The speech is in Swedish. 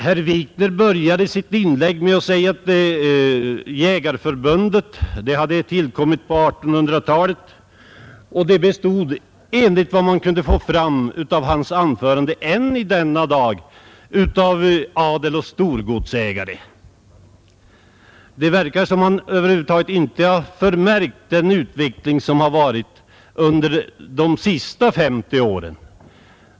Herr Wikner började sitt inlägg med att säga att Jägareförbundet hade tillkommit på 1800-talet, och enligt vad man kunde få fram av hans anförande består förbundet ännu i denna dag av adel och storgodsägare. Det verkar som om herr Wikner över huvud taget inte förmärkt den utveckling som skett under de senaste femtio åren.